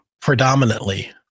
Predominantly